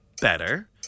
Better